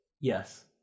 Yes